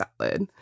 salad